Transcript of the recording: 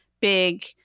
big